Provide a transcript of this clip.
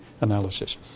analysis